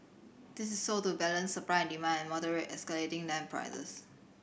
this is so as to balance supply and demand and moderate escalating land prices